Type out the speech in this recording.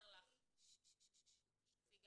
--- אני גם